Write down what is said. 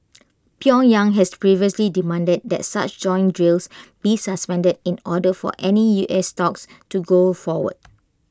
pyongyang has previously demanded that such joint drills be suspended in order for any U S talks to go forward